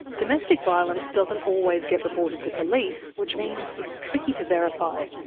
domestic violence doesn't always get reported to police, which means it's tricky to verify.